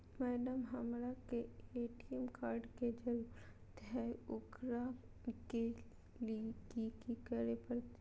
Madam, हमरा के ATM card के जरूरत है ऊकरा ले की की करे परते?